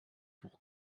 hoch